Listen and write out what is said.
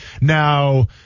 Now